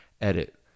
edit